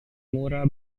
kimura